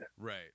Right